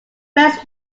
best